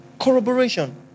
Corroboration